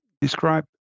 describe